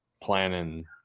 planning